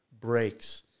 breaks